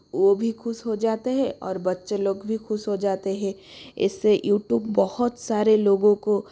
वो भी खुश हो जाते हैं और बच्चे लोग भी खुश हो जाते हैं इससे यूट्यूब बहुत सारे लोगों को